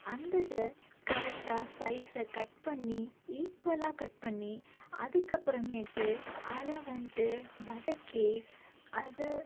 அந்த இதை கரெக்டாக சைஸ கட் பண்ணி ஈக்வலாக கட் பண்ணி அதுக்கப்புறமேட்டு அத வந்துட்டு வதக்கி அதை